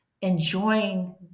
enjoying